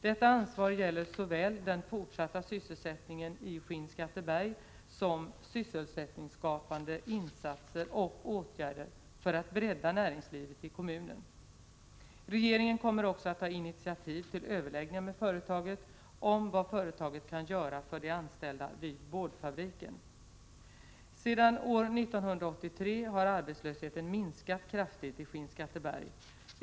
Detta ansvar gäller såväl den fortsatta sysselsättningen i Skinnskatteberg som sysselsättningsskapande insatser och 98 åtgärder för att bredda näringslivet i kommunen. Regeringen kommer också att ta initiativ till överläggningar med företaget om vad företaget kan göra för de anställda vid boardfabriken. Sedan år 1983 har arbetslösheten minskat kraftigt i Skinnskatteberg.